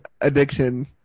addiction